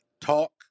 Talk